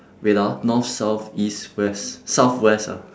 wait ah north south east west southwest ah